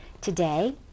today